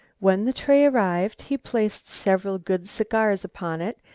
when the tray arrived, he placed several good cigars upon it,